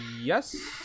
yes